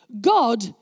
God